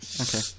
okay